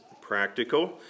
practical